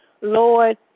Lord